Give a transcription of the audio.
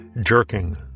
Jerking